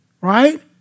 Right